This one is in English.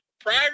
Prior